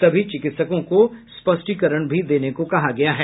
सभी चिकित्सकों को स्पष्टीकरण भी देने को कहा गया है